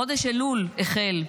חודש אלול החל,